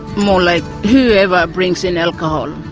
more like whoever brings in alcohol.